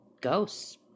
ghosts